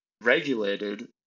regulated